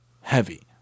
heavy